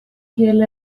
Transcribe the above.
kiel